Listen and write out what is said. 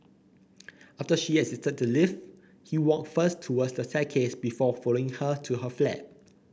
after she exited the lift he walked first towards the staircase before following her to her flat